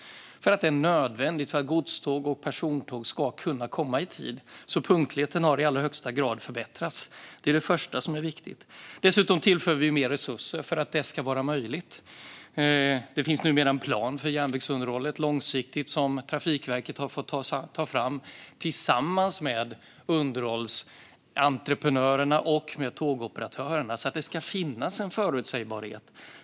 Det är nödvändigt för att godståg och persontåg ska kunna komma i tid. Punktligheten har alltså i högsta grad förbättrats. Det är det första som är viktigt. Dessutom tillför vi mer resurser för att detta ska vara möjligt. Det finns numera en plan för järnvägsunderhållet långsiktigt som Trafikverket har fått ta fram tillsammans med underhållsentreprenörerna och tågoperatörerna, så att det ska finnas en förutsägbarhet.